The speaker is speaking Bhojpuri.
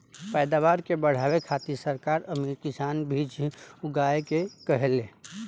पैदावार के बढ़ावे खातिर सरकार अमीर किसान के बीज उगाए के कहेले